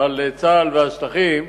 לצה"ל ולשטחים,